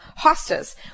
hostas